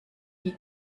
die